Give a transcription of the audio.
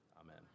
Amen